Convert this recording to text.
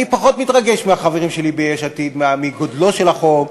אני פחות מתרגש מהחברים שלי ביש עתיד מתוכנו של החוק.